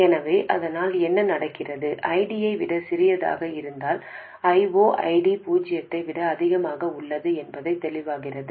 எனவே அதனால் என்ன நடக்கிறது ID ஐ விட சிறியதாக இருந்தால் I0 ID பூஜ்ஜியத்தை விட அதிகமாக உள்ளது என்பது தெளிவாகிறது